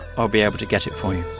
i'll be able to get it for